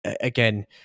Again